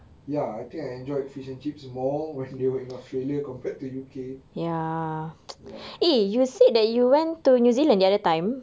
ya I think I enjoyed fish and chips more with the one in australia compared to U_K ya